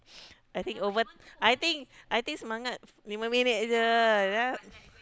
I think over I think I think semangat lima minit sahaja then